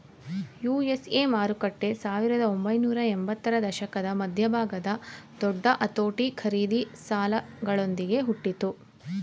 USA ಮಾರುಕಟ್ಟೆ ಸಾವಿರದ ಒಂಬೈನೂರ ಎಂಬತ್ತರ ದಶಕದ ಮಧ್ಯಭಾಗದ ದೊಡ್ಡ ಅತೋಟಿ ಖರೀದಿ ಸಾಲಗಳೊಂದ್ಗೆ ಹುಟ್ಟಿತು